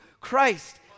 Christ